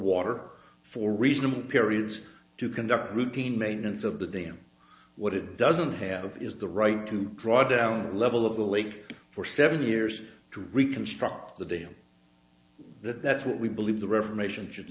water for reasonable periods to conduct routine maintenance of the dam what it doesn't have is the right to draw down the level of the lake for several years to reconstruct the data that that's what we believe the reformation should